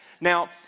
Now